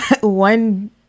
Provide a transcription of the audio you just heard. one